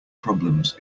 problems